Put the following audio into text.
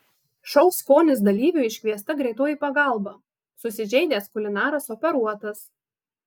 šou skonis dalyviui iškviesta greitoji pagalba susižeidęs kulinaras operuotas